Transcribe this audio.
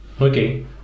Okay